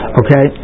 okay